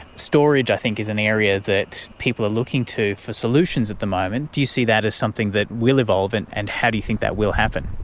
storage i think is an area that people are looking to for solutions at the moment. do you see that as something that will evolve and and how do you think that will happen?